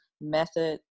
method